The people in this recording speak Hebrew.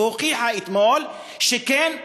שהוכיחה אתמול שכן,